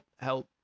help